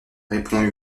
répondit